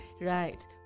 Right